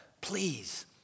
please